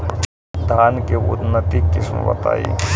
धान के उन्नत किस्म बताई?